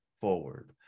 forward